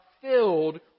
filled